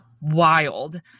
wild